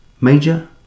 Major